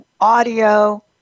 Audio